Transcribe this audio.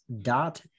dot